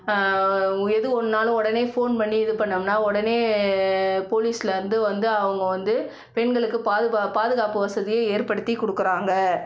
எது ஒன்றுனாலும் உடனே ஃபோன் பண்ணி இது பண்ணோம்னால் உடனே போலீஸ்லிருந்து வந்து அவங்க வந்து பெண்களுக்கு பாதுகா பாதுகாப்பு வசதியை ஏற்படுத்தி கொடுக்குறாங்க